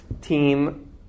team